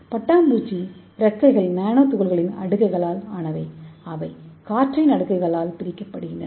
பட்டாம்பூச்சி இறக்கைகள் நானோ துகள்களின் அடுக்குகளால் ஆனவை அவை காற்றின் அடுக்குகளால் பிரிக்கப்படுகின்றன